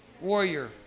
warrior